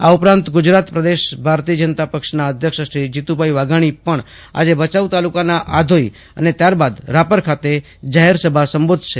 આ ઉપરાંત ગુજરાત પ્રદેશ ભાજપ અધ્યક્ષ શ્રી જીતુભાઈ વાઘાણી પણ આજે ભચાઉ તાલુકાના આધોઈ અને ત્યારબાદ રાપર ખાતે જાહેર સભા સંબોધશે